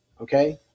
Okay